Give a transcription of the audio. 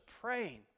praying